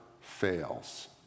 fails